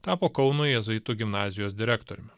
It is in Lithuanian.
tapo kauno jėzuitų gimnazijos direktoriumi